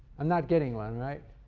i'm not getting one, right?